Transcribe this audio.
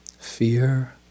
fear